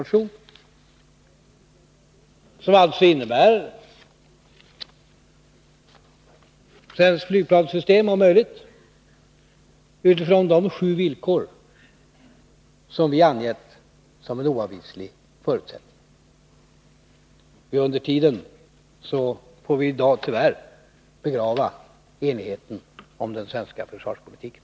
Den innebär att vi vill ha ett svenskt flygplanssystem, om möjligt, utifrån de sju villkor som vi angivit som en oavvislig förutsättning. Under tiden får vi i dag tyvärr begrava enigheten om den svenska försvarspolitiken.